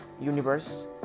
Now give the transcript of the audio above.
universe